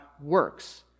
works